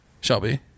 Shelby